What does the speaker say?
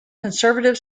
conservative